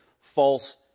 false